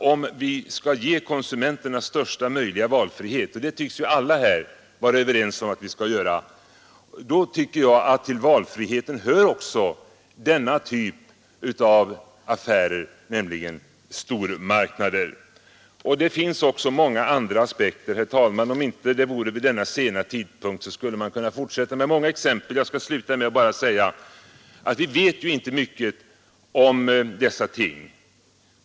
Om vi vill ge konsumenterna största möjliga valfrihet — och det tycks ju alla här vara överens om att vi skall göra — så hör till den valfriheten också denna typ av affärer, nämligen stormarknader. Det finns också, herr talman, många andra aspekter. Om inte tidpunkten vore så sen skulle jag kunna fortsätta med många exempel. Jag vill avslutningsvis bara säga att vi inte vet mycket om dessa ting.